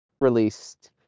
Released